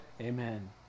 Amen